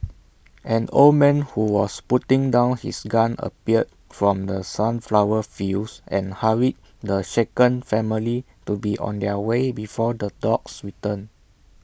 an old man who was putting down his gun appeared from the sunflower fields and hurried the shaken family to be on their way before the dogs return